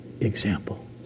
example